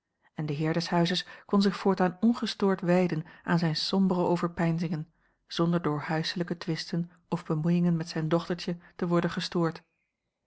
en de heer des huizes kon zich voortaan ongestoord wijden aan zijne sombere overpeinzingen zonder door huiselijke twisten of bemoeiingen met zijn dochtertje te worden gestoord